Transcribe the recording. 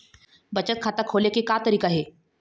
बचत खाता खोले के का तरीका हे?